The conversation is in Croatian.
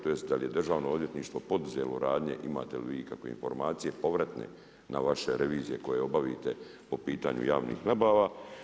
Tj. da li je Državno odvjetništvo poduzelo radnje, imate li vi ikakve informacije, povratne na vaše revizije koje obavite po pitanju javnih nabavu?